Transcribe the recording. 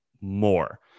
more